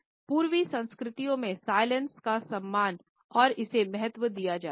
पूर्वी संस्कृतियों में साइलेंस का सम्मान और इसे महत्व दिया जाता है